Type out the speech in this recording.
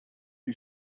you